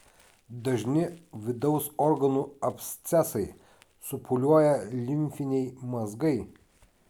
dažni vidaus organų abscesai supūliuoja limfiniai mazgai